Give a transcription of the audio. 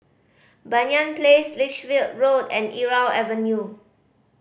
Banyan Place Lichfield Road and Irau Avenue